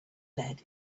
lead